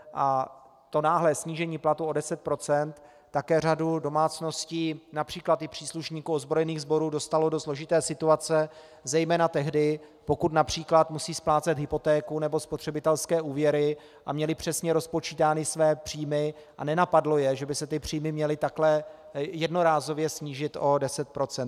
A náhlé snížení platů o 10 % také řadu domácností, například i příslušníků ozbrojených sborů, dostalo do složité situace, zejména tehdy, pokud například musí splácet hypotéku nebo spotřebitelské úvěry a měly přesně rozpočítány své příjmy a nenapadlo je, že by se ty příjmy měly takhle jednorázově snížit o 10 %.